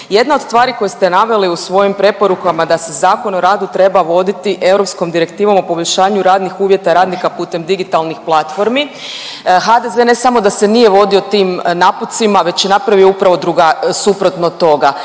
Jedna od stvari koje ste naveli u svojim preporukama da se Zakon o radu treba voditi Europskom direktivom o poboljšanju radnih uvjeta radnika putem digitalnih platformi, HDZ ne samo da se nije vodio tim naputcima nego je napravi upravo suprotno od toga.